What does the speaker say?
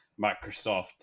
Microsoft